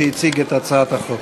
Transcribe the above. שהציג את הצעת החוק.